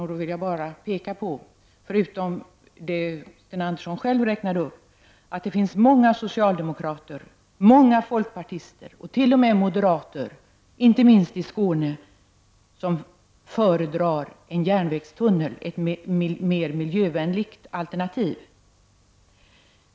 Jag vill då bara, förutom det som Sten Andersson själv räknade upp, peka på att det finns många socialdemokrater, många folkpartister och t.o.m. moderater — inte minst i Skåne — som föredrar en järnvägstunnel, ett mer miljövänligt alternativ.